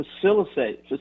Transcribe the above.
facilitate